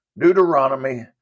Deuteronomy